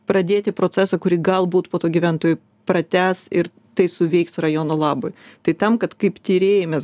pradėti procesą kurį galbūt po to gyventojai pratęs ir tai suveiks rajono labui tai tam kad kaip tyrėjai mes